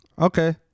Okay